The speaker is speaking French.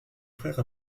frère